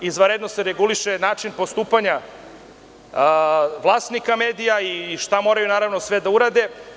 Izvanredno se reguliše način postupanja vlasnika medija i šta moraju naravno da urade.